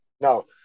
No